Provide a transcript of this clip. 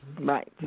Right